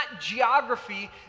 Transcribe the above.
geography